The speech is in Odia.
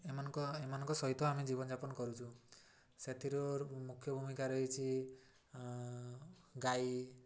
ଏମାନଙ୍କ ଏମାନଙ୍କ ସହିତ ଆମେ ଜୀବନଯାପନ କରୁଛୁ ସେଥିରୁ ମୁଖ୍ୟ ଭୂମିକା ରହିଛି ଗାଈ